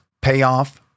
Payoff